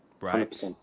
right